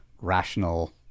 rational